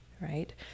right